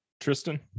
Tristan